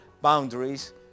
boundaries